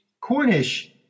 Cornish